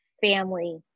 family